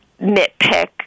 nitpick